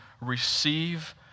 receive